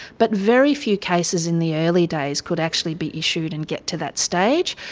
but very few cases in the early days could actually be issued and get to that stage.